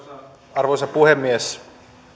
arvoisa puhemies